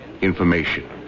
information